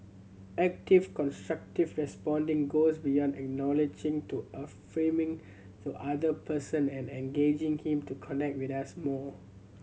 active constructive responding goes beyond acknowledging to affirming the other person and engaging him to connect with us more